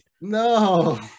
No